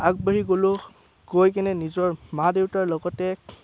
আগবাঢ়ি গ'লোঁ গৈ কিনে নিজৰ মা দেউতাৰ লগতে